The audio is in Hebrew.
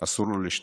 אסור לו לשתוק.